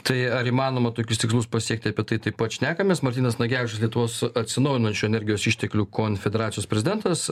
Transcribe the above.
tai ar įmanoma tokius tikslus pasiekti apie tai taip pat šnekamės martynas nagevičius lietuvos atsinaujinančių energijos išteklių konfederacijos prezidentas